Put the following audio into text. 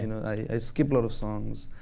i skip a lot of songs.